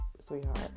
sweetheart